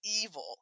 evil